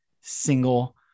single